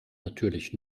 natürlich